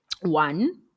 one